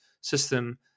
system